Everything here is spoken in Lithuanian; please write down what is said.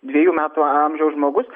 dvejų metų amžiaus žmogus